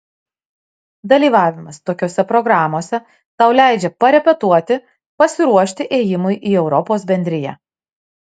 dalyvavimas tokiose programose tau leidžia parepetuoti pasiruošti ėjimui į europos bendriją